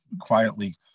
quietly